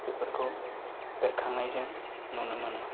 बेफोरखौ बेरखांनायजों नुनो मोनो